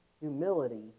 Humility